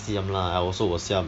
siam I also will siam